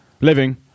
living